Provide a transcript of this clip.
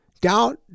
doubt